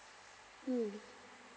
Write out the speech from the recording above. mm